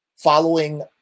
following